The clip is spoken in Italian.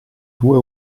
due